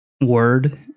word